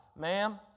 Ma'am